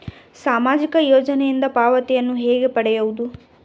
ಸಾಮಾಜಿಕ ಯೋಜನೆಯಿಂದ ಪಾವತಿಯನ್ನು ಹೇಗೆ ಪಡೆಯುವುದು?